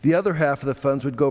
the other half of the funds would go